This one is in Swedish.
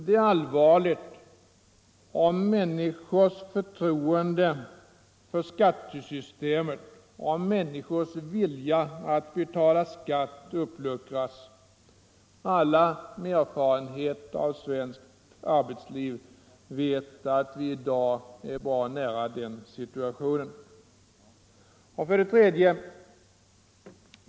Det är allvarligt om människors förtroende för skattesystemet och vilja att betala skatt uppluckras. Alla med erfarenhet av svenskt arbetsliv vet att vi i dag är bra nära den situationen. 3.